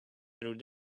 through